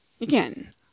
Again